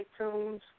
iTunes